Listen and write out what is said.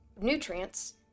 nutrients